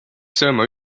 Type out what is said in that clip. sööma